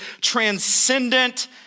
transcendent